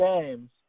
games